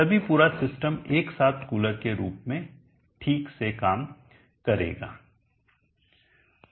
तभी पूरा सिस्टम एक साथ कूलर के रूप में ठीक से काम करेगा